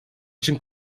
için